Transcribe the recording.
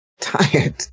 tired